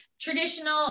traditional